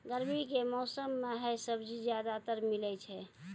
गर्मी के मौसम मं है सब्जी ज्यादातर मिलै छै